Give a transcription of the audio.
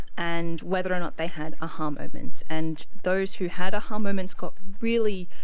and whether or not they had a-ha um moments. and those who had a-ha um moments got really,